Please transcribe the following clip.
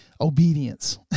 obedience